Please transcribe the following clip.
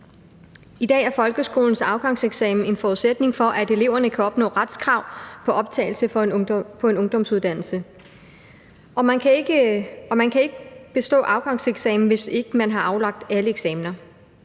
I dag er folkeskolens afgangseksamen en forudsætning for, at eleverne kan opnå retskrav på optagelse på en ungdomsuddannelse, og man kan ikke bestå afgangseksamen, hvis ikke man har aflagt alle eksamener.